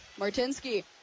Martinsky